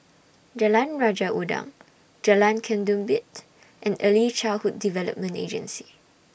Jalan Raja Udang Jalan Ketumbit and Early Childhood Development Agency